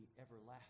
everlasting